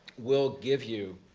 we'll give you